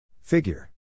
Figure